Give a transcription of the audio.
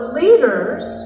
leaders